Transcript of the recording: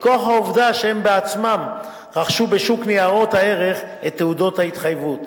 מכוח העובדה שהם בעצמם רכשו בשוק ניירות הערך את תעודות ההתחייבות.